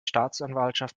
staatsanwaltschaft